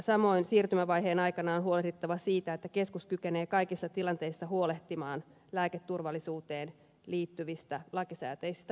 samoin siirtymävaiheen aikana on huolehdittava siitä että keskus kykenee kaikissa tilanteissa huolehtimaan lääketurvallisuuteen liittyvistä lakisääteisistä tehtävistään